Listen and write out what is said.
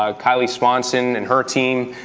ah kylie swanson and her team,